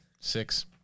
Six